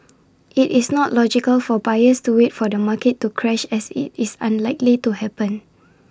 IT is not logical for buyers to wait for the market to crash as IT is unlikely to happen